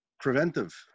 preventive